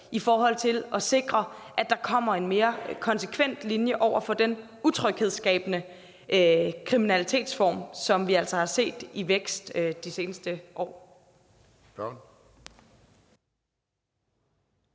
et redskab til at sikre, at der kommer en mere konsekvent linje over for den utryghedsskabende kriminalitetsform, som vi har set i vækst i de seneste år.